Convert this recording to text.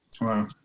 Wow